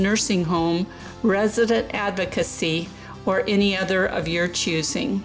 nursing home resident advocacy or any other of your choosing